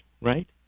right